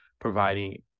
providing